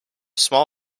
small